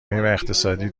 اقتصادی